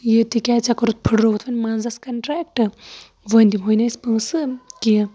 یہِ تِکیازِ ژےٚ کورُتھ پھٹرووُتھ وۄنۍ منٛزَس کَنٹرکٹ وۄنۍ دِمہوے نہٕ أسۍ پونٛسہٕ کیٚنہہ